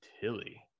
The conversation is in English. Tilly